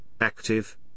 active